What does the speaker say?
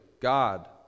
God